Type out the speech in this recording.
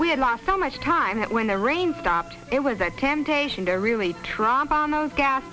we had lost so much time when the rain stopped it was a temptation to really try on those gas